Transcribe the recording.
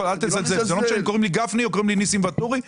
קוראים לי גפני או ניסים ואטורי,